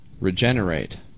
regenerate